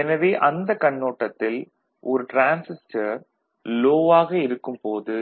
எனவே அந்த கண்ணோட்டத்தில் ஒரு டிரான்சிஸ்டர் லோ ஆக இருக்கும் போது